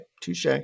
Touche